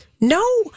No